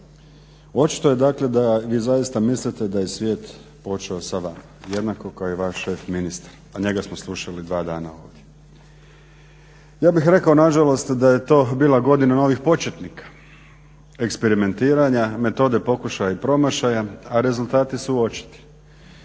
Očito je da vi zaista mislite da je svijet počeo sa vama, jednako kao i vašeg ministra, a njega smo slušali dva dana ovdje. Ja bih rekao nažalost da je to bila godina novih početnika, eksperimentiranja, metode pokušaja i promašaja a rezultati su očiti.